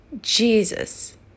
Jesus